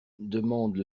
demandent